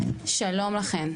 שלום לכם.